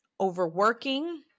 overworking